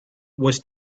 was